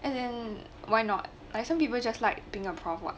and then why not like some people just like being a prof what